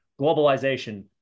globalization